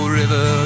river